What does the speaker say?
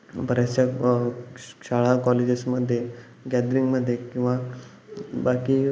बऱ्याचशा श शाळा कॉलेजेसमध्ये गॅदरिंगमध्ये किंवा बाकी